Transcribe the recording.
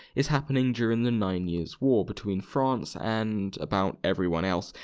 is happening during the nine years' war between france and. about everyone else,